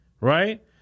Right